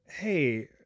Hey